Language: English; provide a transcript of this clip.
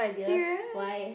serious